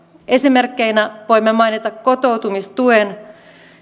esimerkkeinä voimme mainita kotoutumistuen